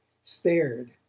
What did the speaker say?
stared,